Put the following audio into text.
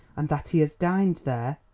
and that he has dined there?